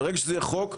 ברגע שזה יהיה חוק,